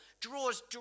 draws